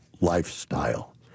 lifestyle